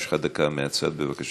יש לך דקה מהצד, בבקשה.